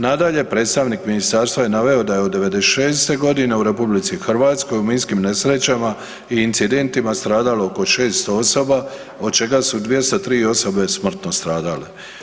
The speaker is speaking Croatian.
Nadalje, predstavnik ministarstva je naveo da je od '96.-te godine u RH u minskim nesrećama i incidentima stradalo oko 600 osoba od čega su 203 osobe smrtno stradale.